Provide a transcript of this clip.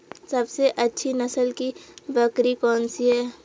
सबसे अच्छी नस्ल की बकरी कौन सी है?